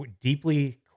deeply